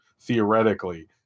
theoretically